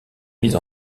mise